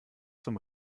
zum